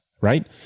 right